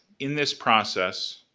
in this process